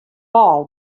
wâl